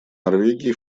норвегии